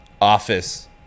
office